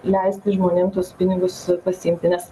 leisti žmonėm tuos pinigus pasiimti nes